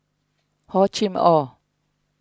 Hor Chim or